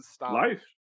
Life